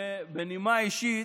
בנימה אישית,